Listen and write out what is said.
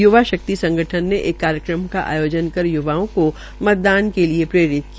य्वा शक्ति संगठन ने एक कार्यक्रम का आयोजन कर य्वाओं को मतदान के लिये प्रेरित किया